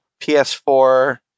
PS4